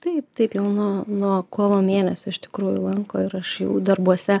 taip taip jau nuo nuo kovo mėnesio iš tikrųjų lanko ir aš jau darbuose